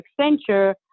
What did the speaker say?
Accenture